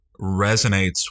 resonates